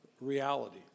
reality